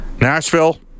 Nashville